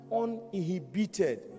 uninhibited